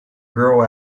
girl